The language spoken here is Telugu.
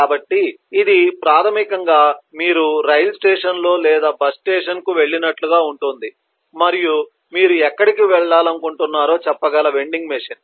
కాబట్టి ఇది ప్రాథమికంగా మీరు రైలు స్టేషన్ లేదా బస్ స్టేషన్కు వెళ్లినట్లుగా ఉంటుంది మరియు మీరు ఎక్కడికి వెళ్లాలనుకుంటున్నారో చెప్పగల వెండింగ్ మెషిన్